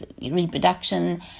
reproduction